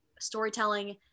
storytelling